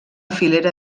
filera